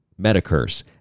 metacurse